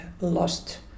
lost